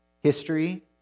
History